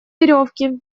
веревки